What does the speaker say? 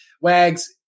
Wags